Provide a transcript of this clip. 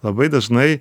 labai dažnai